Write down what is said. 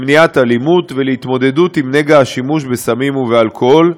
למניעת אלימות ולהתמודדות עם נגע השימוש בסמים ובאלכוהול,